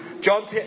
John